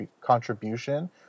contribution